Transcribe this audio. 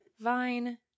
vine